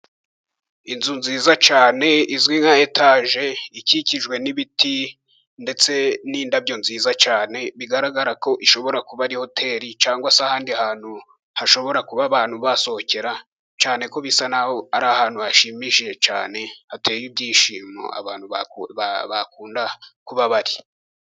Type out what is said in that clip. Inzu nziza cyane izwi nka etaje, ikikijwe n'ibiti ndetse n'indabyo nziza cyane, bigaragara ko ishobora kuba ari hoteri cyangwa se ahandi hantu hashobora kuba abantu basohokera. Cyane ko bisa naho ari ahantu hashimishije cyane, hateye ibyishimo, abantu bakunda kuba bari.